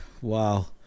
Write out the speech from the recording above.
Wow